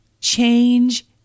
Change